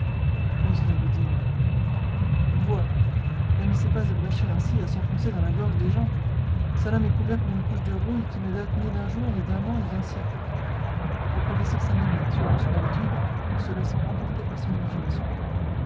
oserez vous dire vois elle ne s'est pas ébréchée ainsi à s'enfoncer dans la gorge des gens sa lame est couverte d'une couche de rouille qui ne date ni d'un jour ni d'un an ni d'un siècle le professeur s'animait suivant son habitude en se laissant emporter par son imagination